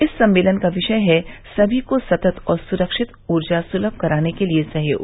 इस सम्मेलन का विषय है सभी को सतत और सुरक्षित ऊर्जा सुलभ कराने के लिए सहयोग